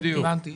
הבנתי.